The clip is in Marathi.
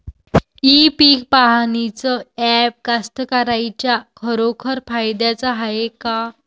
इ पीक पहानीचं ॲप कास्तकाराइच्या खरोखर फायद्याचं हाये का?